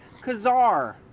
Kazar